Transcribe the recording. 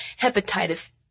hepatitis